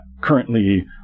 currently